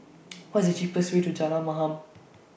What IS The cheapest Way to Jalan Mamam